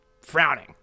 frowning